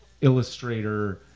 illustrator